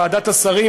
ועדת השרים,